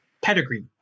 pedigree